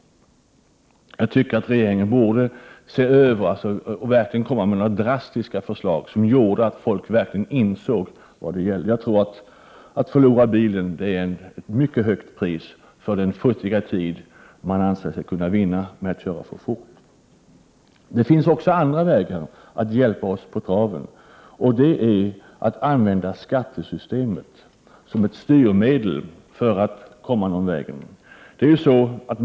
Jag tycker att regeringen borde se över dessa förhållanden och verkligen komma med drastiska förslag som gjorde att folk insåg vad det gäller. Att förlora bilen tror jag vore ett mycket högt pris för den futtiga tid man anser sig vinna genom att köra för fort. Det finns också andra vägar att gå när det gäller att hjälpa oss på traven. Man kan t.ex. använda skattesystemet som ett styrmedel.